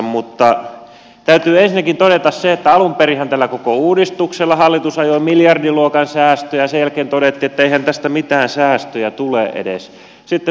mutta täytyy ensinnäkin todeta se että alun perinhän tällä koko uudistuksella hallitus ajoi miljardiluokan säästöjä sen jälkeen todettiin että eihän tästä mitään säästöjä edes tule